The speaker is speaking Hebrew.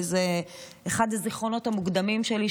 וזה אחד הזיכרונות המוקדמים שלי,